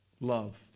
love